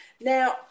Now